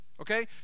okay